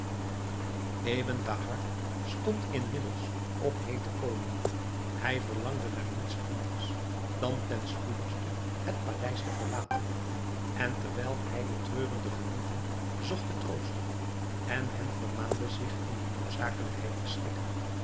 stond inmiddels op heete kolen hij verlangde naar niets anders dan ten spoedigste het paleis te verlaten en terwijl hij de treurende gelieven zocht te troosten en hen vermaande zich in de noodzakelijkheid te schikken